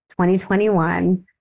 2021